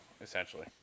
essentially